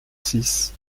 six